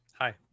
Hi